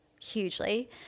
Hugely